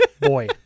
Boy